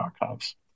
Archives